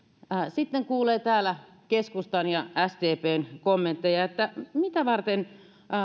sitten kuulee täällä keskustan ja sdpn kommentteja että mitä varten